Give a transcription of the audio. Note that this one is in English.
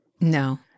No